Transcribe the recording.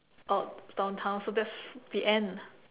oh it's downtown so that's the end